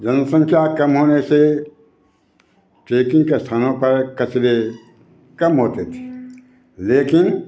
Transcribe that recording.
जनसंख्या कम होने से ट्रेकिंग के स्थानों पर कचरे कम होते थे लेकिन